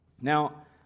Now